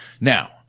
Now